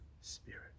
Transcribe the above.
spirit